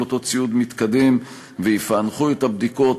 אותו ציוד מתקדם ויפענחו את הבדיקות.